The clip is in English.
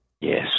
Yes